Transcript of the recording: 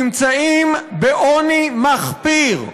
נמצאים בעוני מחפיר.